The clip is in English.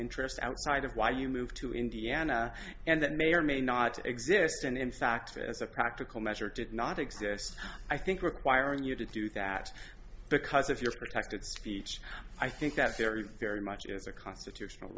interest outside of why you moved to indiana and that may or may not exist and in fact as a practical matter it did not exist i think requiring you to do that because if you're protected speech i think that's very very much as a constitutional